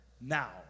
now